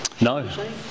No